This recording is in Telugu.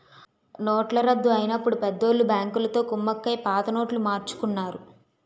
నోట్ల రద్దు అయినప్పుడు పెద్దోళ్ళు బ్యాంకులతో కుమ్మక్కై పాత నోట్లు మార్చుకున్నారు